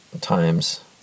times